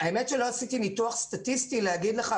האמת שלא עשיתי ניתוח סטטיסטי ולומר לך,